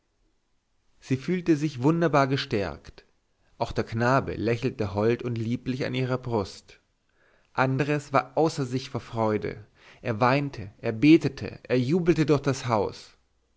sie fühlte sich wunderbarlich gestärkt auch der knabe lächelte hold und lieblich an ihrer brust andres war außer sich vor freude er weinte er betete er jubelte durch das haus